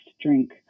drink